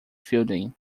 fielding